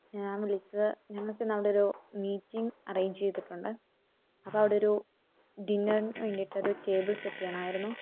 ഞാൻ വിളിച്ചത് ഞങ്ങൾക്ക് ഇന്ന് അവിടെ ഒരു മീറ്റിങ്ങ് അറേഞ്ച് ചെയ്തിട്ടുണ്ട് അപ്പോൾ അവിടെ ഒരു ഡിന്നറിന് വേണ്ടിയിട്ട് ഒരു ടേബിൾ സെറ്റ് ചെയ്യണമായിരുന്നു